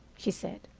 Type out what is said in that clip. she said.